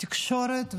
תקשורת ושידורים.